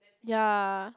ya